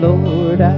Lord